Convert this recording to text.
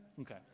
okay